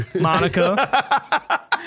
Monica